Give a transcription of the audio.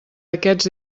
aquests